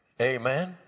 Amen